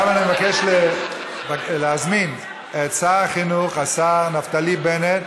אני מבקש להזמין את שר החינוך, השר נפתלי בנט,